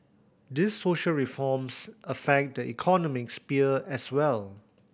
these social reforms affect the economic sphere as well